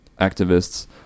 activists